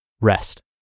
rest